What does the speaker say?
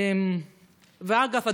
אגב,